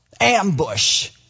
ambush